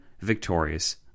victorious